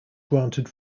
granted